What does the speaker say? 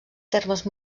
termes